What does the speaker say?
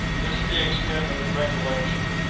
this is the extent of its recollection.